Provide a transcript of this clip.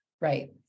Right